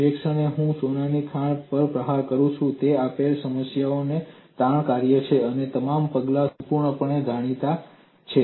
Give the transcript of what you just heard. જે ક્ષણે હું સોનાની ખાણ પર પ્રહાર કરું છું તે આપેલ સમસ્યા માટે તાણ કાર્ય શું છે અન્ય તમામ પગલાં સંપૂર્ણપણે જાણીતા છે